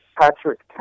Patrick